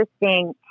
interesting